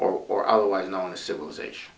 or or otherwise known as civilization